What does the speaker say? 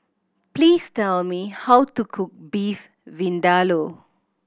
please tell me how to cook Beef Vindaloo